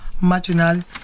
marginal